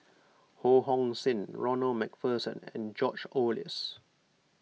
Ho Hong Sing Ronald MacPherson and George Oehlers